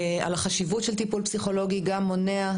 החשיבות של טיפול פסיכולוגי גם מונע,